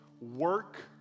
work